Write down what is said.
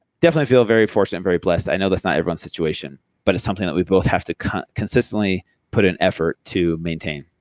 definitely feel very fortunate, very blessed. i know that's not everyone's situation. but it's something that we both have to consistently put an effort to maintain.